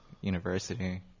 university